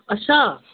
अच्छा